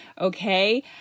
okay